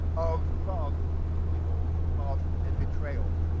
of love equally old, of love and betrayal,